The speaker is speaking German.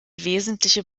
wesentliche